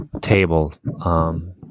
table